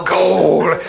gold